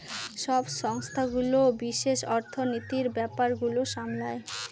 সব সংস্থাগুলো বিশেষ অর্থনীতির ব্যাপার গুলো সামলায়